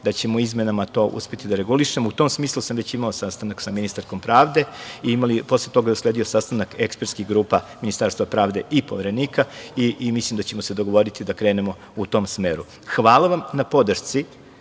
da ćemo izmenama to uspeti da regulišemo.U tom smislu sam već imao sastanak sa ministarkom pravde i posle toga usledio je i sastanak ekspertskih grupa Ministarstva pravde i Poverenika i mislim da ćemo se dogovoriti da krenemo u tom smeru. Hvala vam na podršci